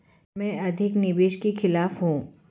मैं अधिक निवेश के खिलाफ हूँ